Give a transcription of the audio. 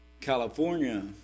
California